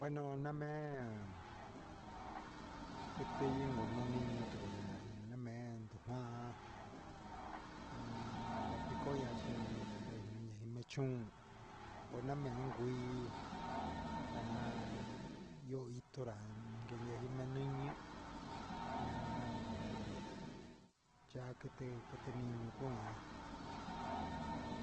Gueno na mee quitɨ yinbu na nuni na mee jahan ndacui coyo mechuun name cuii ta ja ndochito meiñi cha quiti quiti niñu cuian